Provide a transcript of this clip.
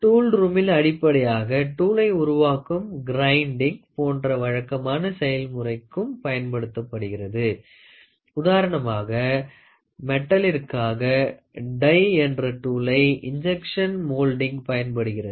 tool ரூமில் அடிப்படையாக டூளை உருவாக்குவதற்கும் கிரைண்டிங் போன்ற வழக்கமான செயல்முறைக்கும் பயன்படுகின்றது உதாரணமாக மெடலிற்காக டை என்ற டூளை இன்ஜெக்சன் மோல்டிங்கிள் பயன்படுகிறது